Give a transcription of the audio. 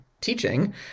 teaching